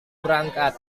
berangkat